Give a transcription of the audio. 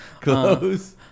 Close